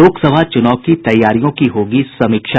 लोकसभा चुनाव की तैयारियों की होगी समीक्षा